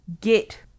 get